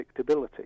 predictability